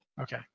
Okay